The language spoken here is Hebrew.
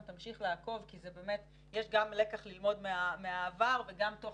תמשיך לעקוב כי יש גם לקח ללמוד מהעבר וגם תוך